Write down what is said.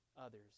others